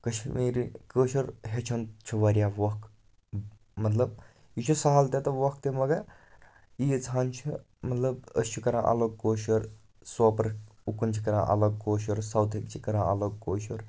کشمیٖری کٲشُر ہیٚچھُن چھُ واریاہ وۄکھٕ مطلب یہِ چھُ سہل تہِ تہٕ وۄکھٕ تہِ مگر ایٖژہن چھ مطلب أسۍ چھ کَران الگ کٲشُر سوپور اُکُن چھ کَران الگ کٲشُر ساوتھٕکۍ چھِ کَران الگ کٲشُر